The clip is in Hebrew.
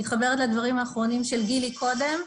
אני מתחברת לדברים האחרונים של גילי קודם,